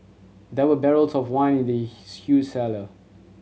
there were barrels of wine in the huge cellar